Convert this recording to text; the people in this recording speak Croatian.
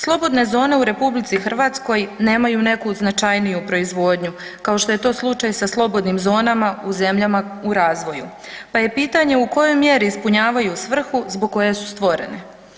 Slobodne zone u RH nemaju neku značajniju proizvodnju, kao što je to slučaj sa slobodnim zonama u zemljama u razvoju pa je pitanje u kojoj mjeri ispunjavaju svrhu zbog koje su stvorene.